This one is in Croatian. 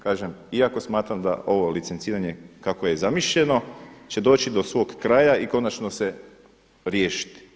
Kažem, iako smatram da ovo licenciranje kako je zamišljeno će doći do svog kraja i konačno se riješiti.